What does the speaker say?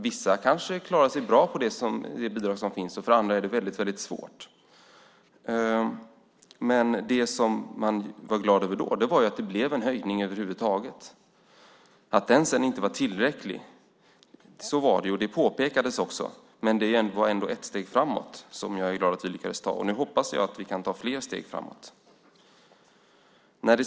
Vissa kanske klarar sig bra på det bidrag som finns, men för andra är det väldigt svårt. Det som man var glad över då var att det blev en höjning över huvud taget. Den var inte tillräcklig. Det påpekades också. Men det var ändå ett steg framåt som jag är glad att vi lyckades ta. Nu hoppas jag att vi kan ta fler steg framåt.